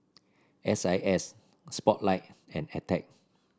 S I S Spotlight and Attack